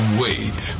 wait